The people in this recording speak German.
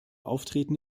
auftreten